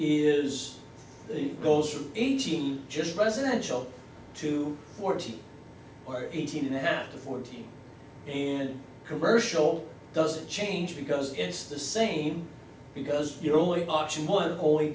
is the goes from eighteen just presidential to fourteen or eighteen and a half the fourteen in commercial doesn't change because it's the same because your only option one only